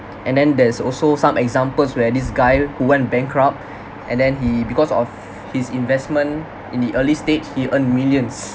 and then there's also some examples where this guy went bankrupt and then he because of his investment in the early stage he earned millions